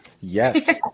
Yes